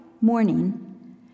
morning